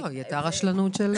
היא הייתה רשלנות של